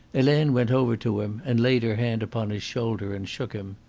helene went over to him and laid her hand upon his shoulder and shook him.